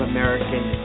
American